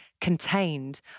contained